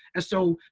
and, so,